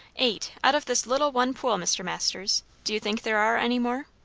eight, out of this little one pool, mr. masters. do you think there are any more?